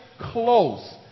close